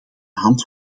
hand